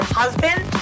husband